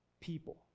people